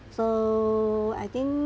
so I think